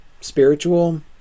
spiritual